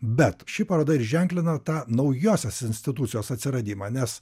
bet ši paroda ir ženklina tą naujosios institucijos atsiradimą nes